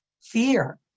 fear